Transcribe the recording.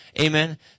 Amen